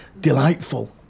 delightful